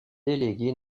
délégué